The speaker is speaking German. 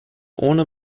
ohne